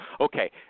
Okay